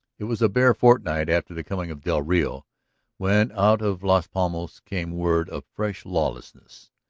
it was a bare fortnight after the coming of del rio when out of las palmas came word of fresh lawlessness.